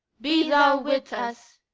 be thou with us,